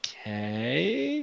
Okay